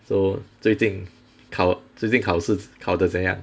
so 最近考最近考试考的怎样